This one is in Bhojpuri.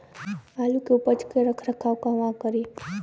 आलू के उपज के रख रखाव कहवा करी?